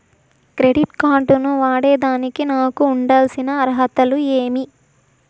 Credit card ను వాడేదానికి నాకు ఉండాల్సిన అర్హతలు ఏమి?